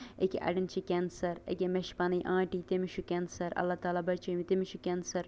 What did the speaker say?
یہِ کیٛاہ اَڈین چھِ کینسر یہِ کیٛاہ مےٚ چھِ پَنٕنۍ آنٹی تٔمِس چھُ کینسر اَللہ تالا بَچٲوِنۍ تٔمِس چھُ کینسر